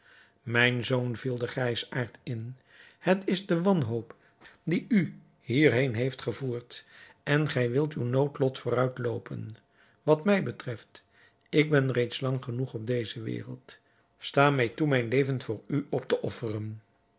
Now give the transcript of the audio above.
mijn zoon viel de grijsaard in het is de wanhoop die u hier heen heeft gevoerd en gij wilt uw noodlot vooruit loopen wat mij betreft ik ben reeds lang genoeg op deze wereld sta mij toe mijn leven voor u op te offeren